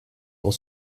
pour